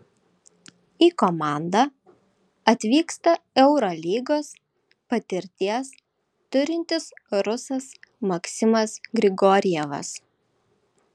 į komandą atvyksta eurolygos patirties turintis rusas maksimas grigorjevas